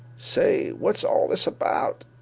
say what's all this about?